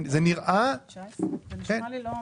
זה נשמע לי לא המספר.